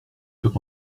sur